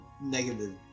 negative